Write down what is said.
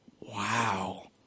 wow